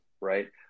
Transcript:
right